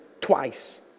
twice